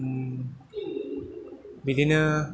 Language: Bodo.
बिदिनो